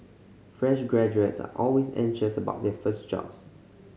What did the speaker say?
fresh graduates are always anxious about their first jobs